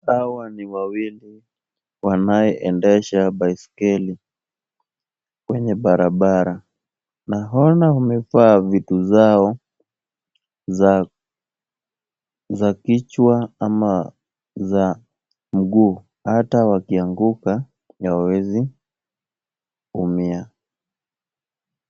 Hawa ni wawili wanayeendesha baiskeli kwenye barabara. Naona wamevaa vitu zao za kichwa ama za mguu ata wakianguka hawawezi umia.